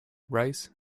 rice